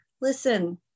listen